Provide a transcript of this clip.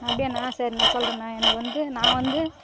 அப்டியாண்ண சரிண்ண சொல்றண்ணா எனக்கு வந்து நான் வந்து